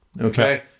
okay